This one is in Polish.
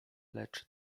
lecz